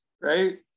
right